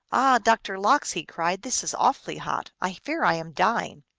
ah, doctor lox, he cried, this is awfully hot! i fear i am dying!